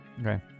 Okay